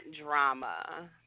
drama